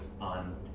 on